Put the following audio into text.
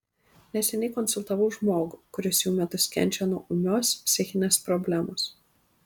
neseniai konsultavau žmogų kuris jau metus kenčia nuo ūmios psichinės problemos